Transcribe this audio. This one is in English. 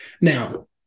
Now